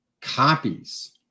copies